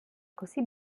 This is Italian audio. così